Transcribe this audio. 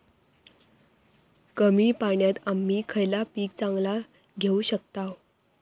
कमी पाण्यात आम्ही खयला पीक चांगला घेव शकताव?